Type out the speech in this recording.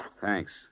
Thanks